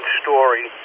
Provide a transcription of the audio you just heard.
story